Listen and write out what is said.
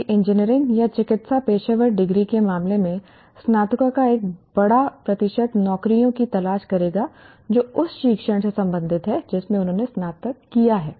जबकि इंजीनियरिंग या चिकित्सा पेशेवर डिग्री के मामले में स्नातकों का एक बड़ा प्रतिशत नौकरियों की तलाश करेगा जो उस शिक्षण से संबंधित हैं जिसमें उन्होंने स्नातक किया है